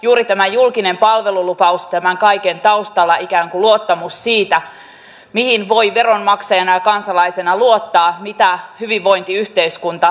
juuri tämä julkinen palvelulupaus tämän kaiken taustalla ikään kuin luottamus siitä mihin voi veronmaksajana ja kansalaisena luottaa mitä hyvinvointiyhteiskunta tarjoaa